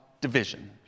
division